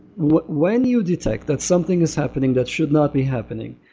when when you detect that something is happening that should not be happening,